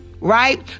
Right